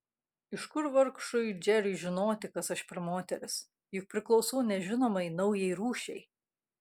iš kur vargšui džeriui žinoti kas aš per moteris juk priklausau nežinomai naujai rūšiai